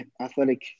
athletic